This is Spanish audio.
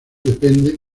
depende